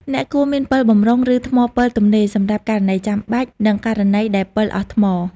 អ្នកគួរមានពិលបម្រុង ឬថ្មពិលទំនេរសម្រាប់ករណីចាំបាច់ និងករណីដែលពិលអស់ថ្ម។